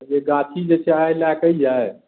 गाछी जे छै आइ लए कऽ अइयै